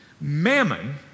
Mammon